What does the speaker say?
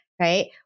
right